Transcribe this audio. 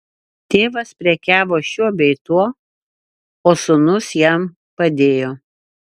tėvas prekiavo šiuo bei tuo o sūnus jam padėjo